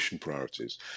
priorities